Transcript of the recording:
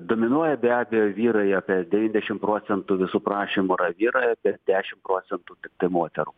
dominuoja be abejo vyrai apie devyndešimt procentų visų prašymų yra vyrai apie dešimt procentų tiktai moterų